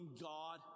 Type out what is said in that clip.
God